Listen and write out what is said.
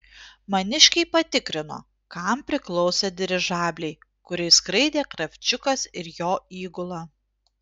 maniškiai patikrino kam priklausė dirižabliai kuriais skraidė kravčiukas ir jo įgula